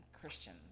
Christian